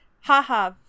Haha